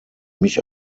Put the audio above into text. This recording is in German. mich